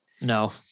No